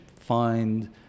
find